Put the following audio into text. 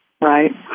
right